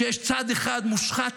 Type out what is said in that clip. שיש צד אחד מושחת,